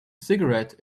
cigarette